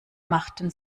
machten